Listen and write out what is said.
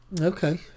okay